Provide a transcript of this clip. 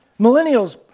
Millennials